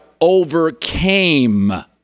overcame